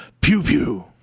Pew-Pew